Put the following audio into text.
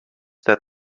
that